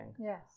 Yes